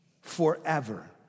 forever